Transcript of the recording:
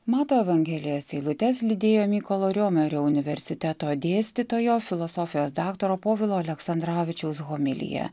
mato evangelijos eilutes lydėjo mykolo riomerio universiteto dėstytojo filosofijos daktaro povilo aleksandravičiaus homilija